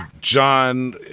John